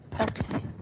Okay